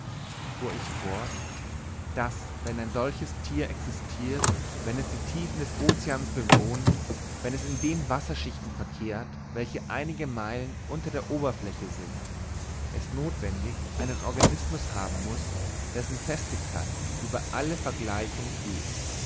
fuhr ich fort daß wenn ein solches thier existirt wenn es die tiefen des oceans bewohnt wenn es in den wasserschichten verkehrt welche einige meilen unter der oberfläche sind es nothwendig einen organismus haben muß dessen festigkeit über alle vergleichung geht